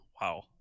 wow